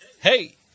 Hey